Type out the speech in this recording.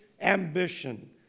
ambition